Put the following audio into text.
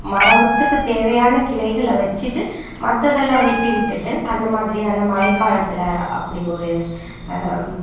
மரத்துக்கு தேவையான கிளைகளை வச்சிட்டு மற்றதெல்லாம் வெட்டி விட்டுட்டு அந்த மாதிரியான மழைக் காலத்தில் அப்படி ஒரு